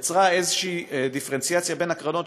יצרה איזושהי דיפרנציאציה בין הקרנות,